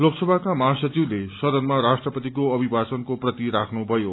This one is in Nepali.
लोकसभाको महासचिवले सदनमा राष्ट्रपतिको अभिभाषणको प्रति राख्नुथयो